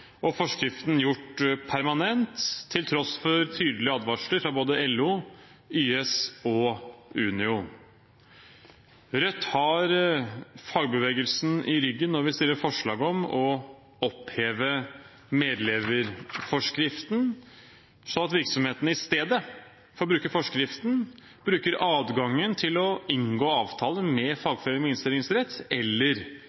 og forskriften gjort permanent, til tross for tydelige advarsler fra både LO, YS og Unio. Rødt har fagbevegelsen i ryggen når vi fremmer forslag om å oppheve medleverforskriften, sånn at virksomhetene i stedet for å bruke forskriften bruker adgangen til å inngå avtaler med